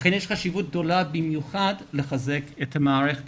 לכן יש חשיבות גדולה במיוחד לחזק את המערכת